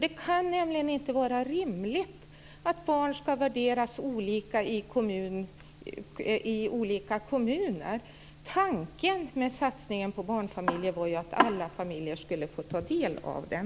Det kan nämligen inte vara rimligt att barn ska värderas olika i olika kommuner. Tanken med satsningen på barnfamiljer var ju att alla familjer skulle få ta del av den.